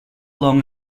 long